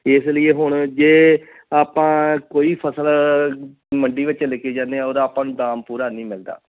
ਇਸ ਲਈ ਹੁਣ ਜੇ ਆਪਾਂ ਕੋਈ ਫਸਲ ਮੰਡੀ ਵਿੱਚ ਲੈ ਕੇ ਜਾਂਦੇ ਹਾਂ ਉਹਦਾ ਆਪਾਂ ਨੂੰ ਦਾਮ ਪੂਰਾ ਨਹੀਂ ਮਿਲਦਾ